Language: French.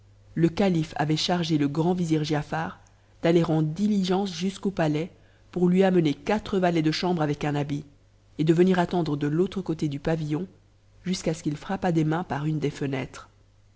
le calife avait chargé le grand vizir giafar d'aller en dili x'c jusqu'au palais pour lui amener quatre valets de chambre avec un j et de venir attendre de l'autre côté du pavillon jusqu'à ce qu'il truffa des mains par une des fenêtres